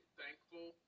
thankful